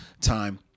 time